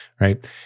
right